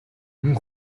мөн